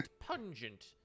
pungent